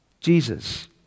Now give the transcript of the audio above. Jesus